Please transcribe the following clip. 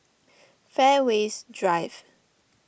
Fairways Drive